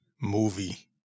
movie